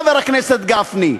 חבר הכנסת גפני.